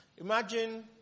Imagine